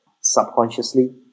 subconsciously